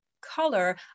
Color